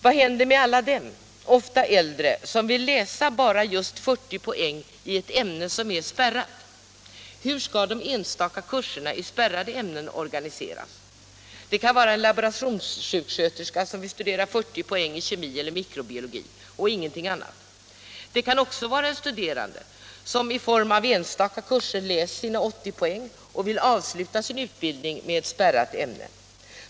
Vad händer med alla dem, ofta äldre, som vill läsa bara just 40 poäng i ett ämne som är spärrat? Hur skall de enstaka kurserna i spärrade ämnen organiseras? Det kan vara en laborationssjuksköterska som vill studera 40 poäng i kemi eller mikrobiologi och ingenting annat. Det kan också vara en studerande som i form av enstaka kurser läst sina 80 poäng och vill avsluta sin utbildning med ett spärrat ämne.